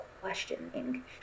questioning